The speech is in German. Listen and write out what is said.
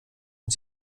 und